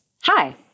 Hi